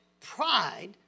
pride